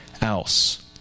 else